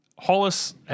Hollis